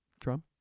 Trump